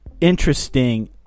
Interesting